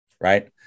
right